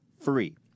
free